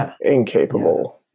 incapable